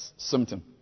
Symptom